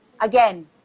again